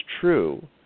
true